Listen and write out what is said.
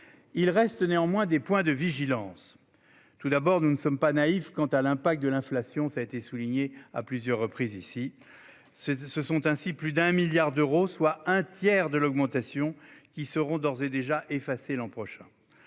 Il reste néanmoins des points de vigilance. Tout d'abord, nous ne sommes pas naïfs quant à l'impact de l'inflation, comme cela a été relevé par plusieurs intervenants. Ce sont ainsi plus d'un milliard d'euros, soit un tiers de l'augmentation, qui seront effacés l'an prochain.